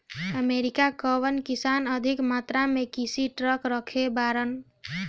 America कअ किसान अधिका मात्रा में किसानी ट्रक रखले बाड़न